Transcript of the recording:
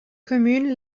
communes